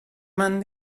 man